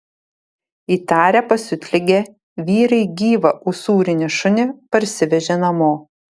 įtarę pasiutligę vyrai gyvą usūrinį šunį parsivežė namo